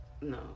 No